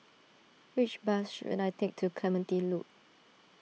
which bus should I take to Clementi Loop